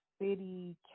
city